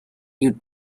you